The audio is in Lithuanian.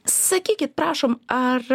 sakykit prašom ar